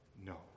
no